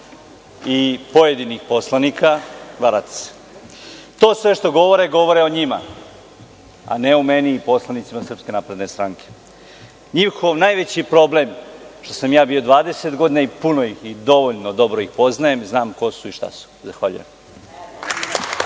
i pojedinih poslanika, varate se. To sve što govore govori o njima, a ne o meni i poslanicima SNS. Njihov najveći problem je što sam ja bio 20 godina i puno i dovoljno dobro ih poznajem i znam ko su i šta su. Zahvaljujem.(Vojislav